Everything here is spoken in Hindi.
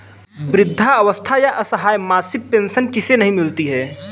वृद्धावस्था या असहाय मासिक पेंशन किसे नहीं मिलती है?